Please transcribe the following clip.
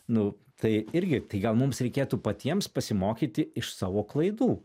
nu tai irgi tai gal mums reikėtų patiems pasimokyti iš savo klaidų